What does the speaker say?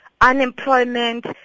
unemployment